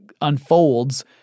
unfolds